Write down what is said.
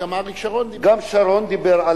גם אריק שרון דיבר.